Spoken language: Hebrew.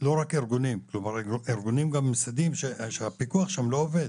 גם ממסדיים, שהפיקוח שם לא עובד.